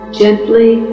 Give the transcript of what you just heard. gently